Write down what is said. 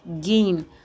gain